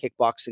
kickboxing